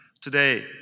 Today